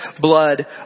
blood